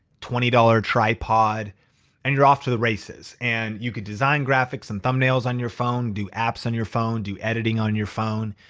twenty dollars tripod and you're off to the races. and you could design graphics and thumbnails on your phone. do apps on your phone. do editing on your phone.